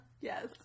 Yes